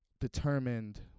determined